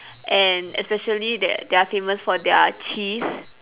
and especially that they are famous for their cheese